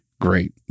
great